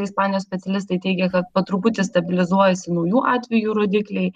ispanijos specialistai teigia kad po truputį stabilizuojasi naujų atvejų rodikliai